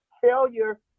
failure